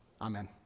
Amen